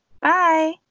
Bye